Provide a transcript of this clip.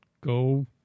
go